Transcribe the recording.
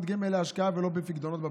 גמל להשקעה ולא בפיקדונות בבנקים".